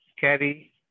carry